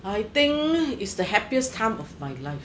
I think is the happiest time of my life